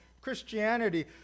Christianity